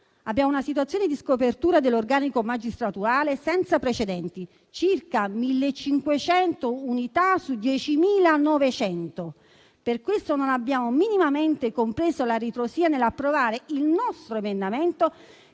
Abbiamo una situazione di scopertura dell'organico magistratuale senza precedenti: circa 1.500 unità su 10.900. Per questo non abbiamo minimamente compreso la ritrosia nell'approvare il nostro emendamento,